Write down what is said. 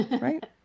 right